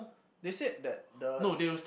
they said that the